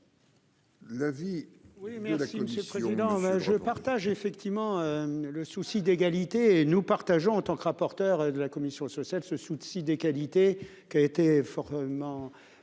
l'avis de la commission